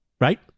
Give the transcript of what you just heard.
right